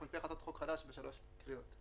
נצטרך לעשות חוק חדש בשלוש קריאות.